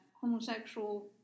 homosexual